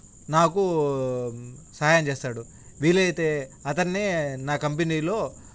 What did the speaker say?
నాకు సహాయం చేస్తాడు వీలైతే అతన్నే నా కంపెనీలో